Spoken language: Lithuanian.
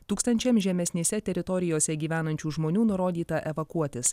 tūkstančiam žemesnėse teritorijose gyvenančių žmonių nurodyta evakuotis